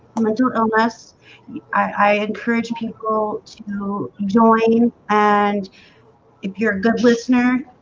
and i don't know less i encourage people to join and if you're a good listener,